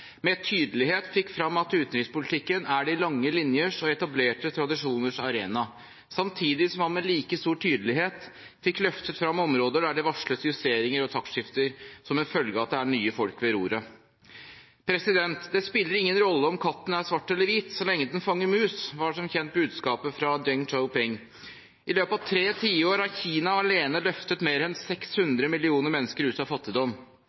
med tydelighet fikk frem at utenrikspolitikken er de lange linjers og etablerte tradisjoners arena, samtidig som han med like stor tydelighet fikk løftet frem områder der det varsles justeringer og taktskifter som en følge av at det er nye folk ved roret. Det spiller ingen rolle om katten er svart eller hvit, så lenge den fanger mus, var som kjent budskapet fra Deng Xiaoping. I løpet av tre tiår har Kina alene løftet mer enn 600 millioner mennesker ut av fattigdom.